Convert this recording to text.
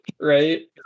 Right